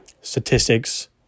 statistics